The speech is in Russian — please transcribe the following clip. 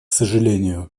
сожалению